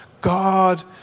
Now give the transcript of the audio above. God